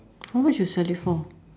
how much you sell it for